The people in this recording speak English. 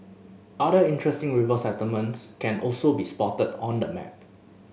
other interesting river settlements can also be spotted on the map